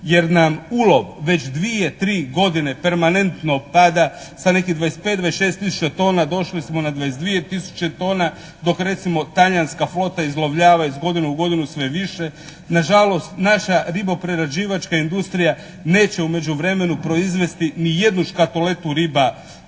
jer nam ulov već dvije, tri godine permanentno pada sa nekih 25, 26 tisuća tona, došli smo na 22 tisuće tona, dok recimo talijanska flota izlovljava iz godine u godinu sve više. Nažalost, naša ribo prerađivačka industrija neće u međuvremenu proizvesti niti jednu škatuletu riba